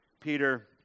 Peter